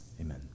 Amen